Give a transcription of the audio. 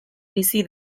bizi